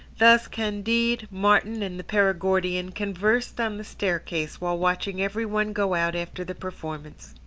thus candide, martin, and the perigordian conversed on the staircase, while watching every one go out after the performance.